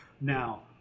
Now